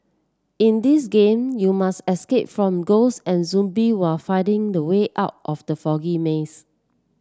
in this game you must escape from ghost and zombie while finding the way out of the foggy maze